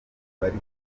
bari